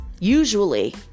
Usually